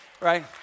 Right